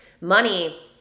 money